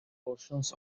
portions